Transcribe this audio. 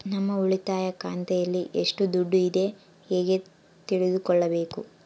ನಮ್ಮ ಉಳಿತಾಯ ಖಾತೆಯಲ್ಲಿ ಎಷ್ಟು ದುಡ್ಡು ಇದೆ ಹೇಗೆ ತಿಳಿದುಕೊಳ್ಳಬೇಕು?